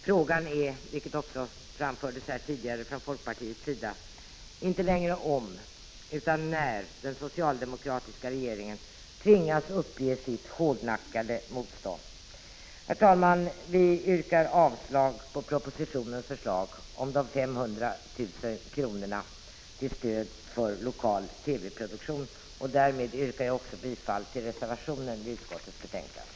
Frågan är inte längre — som också framfördes här tidigare från folkpartiets sida — om utan när den socialdemokratiska regeringen tvingas ge upp sitt hårdnackade motstånd. Herr talman! Vi yrkar avslag på propositionens förslag om 500 000 kr. till stöd för lokal TV-produktion, och därmed yrkar jag också bifall till reservationen i utskottets betänkande.